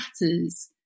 matters